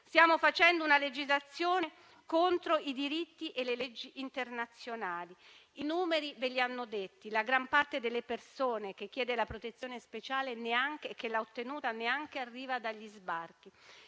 Stiamo facendo una legislazione contro i diritti e le leggi internazionali. I numeri ve li hanno riportati. La gran parte delle persone che chiede la protezione speciale, e che l'ha ottenuta, neanche arriva dagli sbarchi.